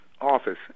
office